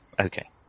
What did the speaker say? Okay